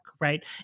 Right